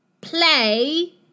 play